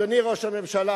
אדוני ראש הממשלה,